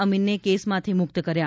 અમીનને કેસમાંથી મુક્ત કર્યા